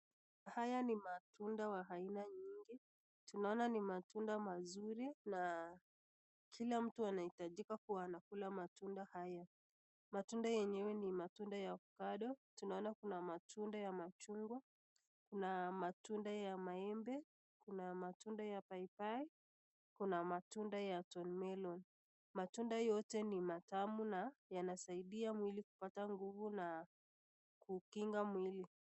Haya ni matunda wa aina nyingi tunaona ni matunda mazuri na kila mtu anahitajika kuwa anakula matunda haya. Matunda yenyewe ni matunda ya ovacado tunaona kuna matunda ya ndizi, kuna matunda ya maembe, kuna matunda ya paipai, kuna matunda ya thornmelon. Matunda yote ni matamu na yanasaidia mwili kupata nguvu na kukinga mwili.